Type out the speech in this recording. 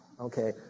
okay